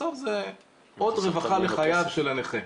בסוף זה עוד רווחה לחייו של הנכה,